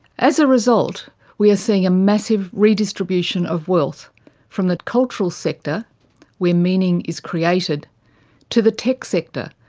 as a result we are seeing a massive redistribution of wealth from the cultural sector where meaning is created to the tech sector,